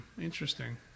Interesting